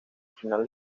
finales